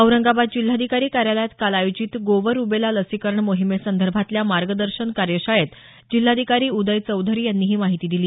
औरंगाबाद जिल्हाधिकारी कार्यालयात काल आयोजित गोवर रुबेला लसीकरण मोहीमेसंदर्भातल्या मार्गदर्शन कार्यशाळेत जिल्हाधिकारी उदय चौधरी यांनी ही माहिती दिली